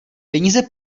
peníze